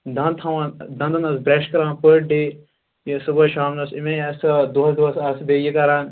دَند تھاوان دَندَن آس برٮ۪ش کَران پٔر ڈے یہِ صُبحٲے شامنَس أمی آیہِ صاف دۄہَس دۄہَس آس بیٚیہِ یہِ کَران